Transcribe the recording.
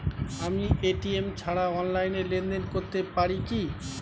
আমি এ.টি.এম ছাড়া অনলাইনে লেনদেন করতে পারি কি?